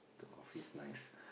the coffee is nice